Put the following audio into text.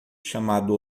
chamado